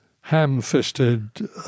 ham-fisted